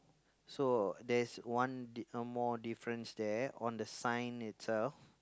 so there's one d~ one more difference there on the sign itself